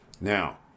now